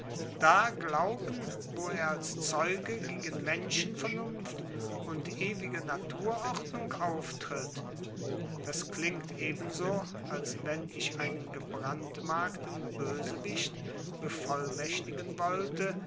da glauben wo er als zeuge gegen menschenvernunft und ewige naturordnung auftritt das klingt ebenso als wenn ich einen gebrandmarkten bösewicht bevollmächtigen wollte